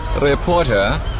Reporter